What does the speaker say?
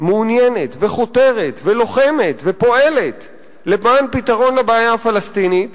מעוניינת וחותרת ולוחמת ופועלת למען פתרון לבעיה הפלסטינית